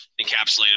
encapsulated